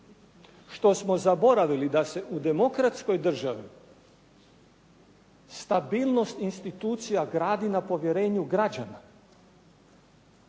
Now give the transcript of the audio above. što smo zaboravili da se u demokratskoj državi stabilnost institucija gradi na povjerenju građana.